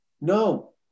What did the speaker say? No